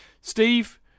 Steve